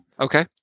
Okay